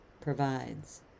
provides